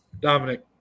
Dominic